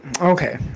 Okay